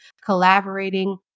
collaborating